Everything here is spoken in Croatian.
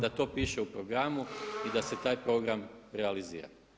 Da to piše u programu i da se taj program realizira.